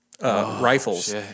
Rifles